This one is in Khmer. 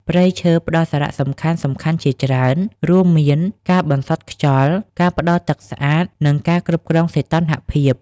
ព្រៃឈើផ្តល់សារៈសំខាន់ៗជាច្រើន រួមមានការបន្សុទ្ធខ្យល់ ការផ្តល់ទឹកស្អាត និងការគ្រប់គ្រងសីតុណ្ហភាព។